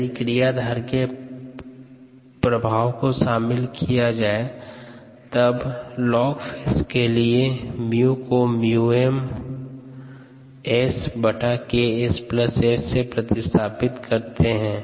यदि क्रियाधार के प्रभाव को शामिल किया जाये तब लॉग फेज के लिए 𝜇 को 𝜇m SKs S से प्रतिस्थापित कर सकते है